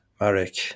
Marek